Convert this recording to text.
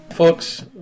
Folks